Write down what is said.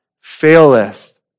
faileth